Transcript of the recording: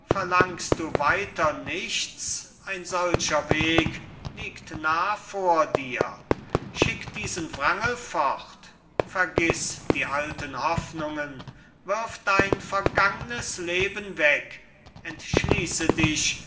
verlangst du weiter nichts ein solcher weg liegt nah vor dir schick diesen wrangel fort vergiß die alten hoffnungen wirf dein vergangnes leben weg entschließe dich